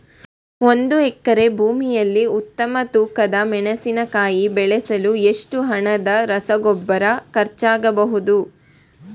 ಒಂದು ಎಕರೆ ಭೂಮಿಯಲ್ಲಿ ಉತ್ತಮ ತೂಕದ ಮೆಣಸಿನಕಾಯಿ ಬೆಳೆಸಲು ಎಷ್ಟು ಹಣದ ರಸಗೊಬ್ಬರ ಖರ್ಚಾಗಬಹುದು?